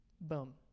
Boom